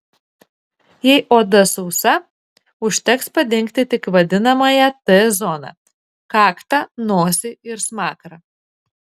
jei oda sausa užteks padengti tik vadinamąją t zoną kaktą nosį ir smakrą